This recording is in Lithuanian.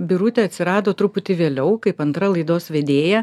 birutė atsirado truputį vėliau kaip antra laidos vedėja